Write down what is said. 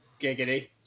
Giggity